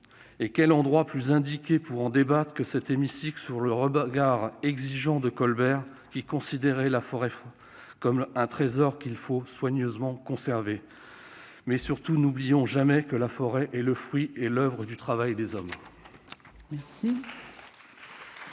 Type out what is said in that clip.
et quel endroit est plus indiqué pour en débattre que cet hémicycle, placé sous le regard exigeant de Colbert, qui considérait la forêt comme un trésor qu'il faut soigneusement conserver ? Surtout, n'oublions jamais que la forêt est le fruit et l'oeuvre du travail des hommes